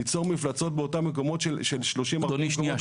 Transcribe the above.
ליצור מפלצות באותם מקומות של 30-40 קומות?